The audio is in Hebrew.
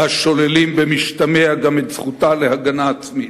והשוללים במשתמע גם את זכותה להגנה עצמית.